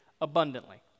abundantly